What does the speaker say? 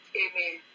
amen